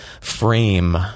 frame